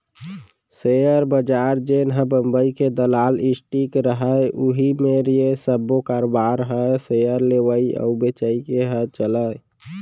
share बजार जेनहा बंबई के दलाल स्टीक रहय उही मेर ये सब्बो कारोबार ह सेयर लेवई अउ बेचई के ह चलय